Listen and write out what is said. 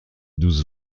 douce